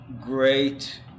great